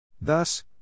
Thus